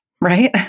right